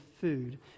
food